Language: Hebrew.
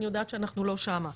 אני יודעת שאנחנו לא שם.